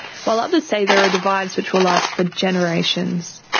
while others say there are divides which will last for generations.